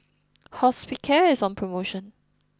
Hospicare is on promotion